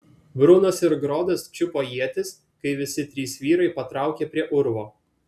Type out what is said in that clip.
brunas ir grodas čiupo ietis kai visi trys vyrai patraukė prie urvo